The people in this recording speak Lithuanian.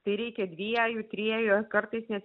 tai reikia dviejų triejų ar kartais net